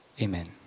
Amen